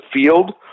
field